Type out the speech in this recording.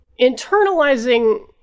internalizing